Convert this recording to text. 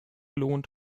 lohnt